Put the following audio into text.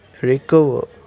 recover